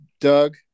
Doug